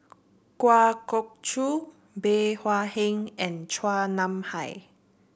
Kwa Geok Choo Bey Hua Heng and Chua Nam Hai